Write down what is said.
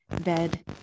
bed